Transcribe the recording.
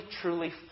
truly